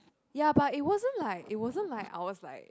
ya but it wasn't like it wasn't like I was like